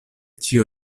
ĉio